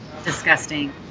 Disgusting